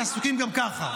שעסוקים גם ככה.